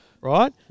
right